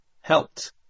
helped